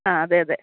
ആ അതെ അതെ